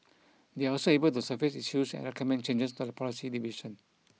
they are also able to surface issues and recommend changes to the policy division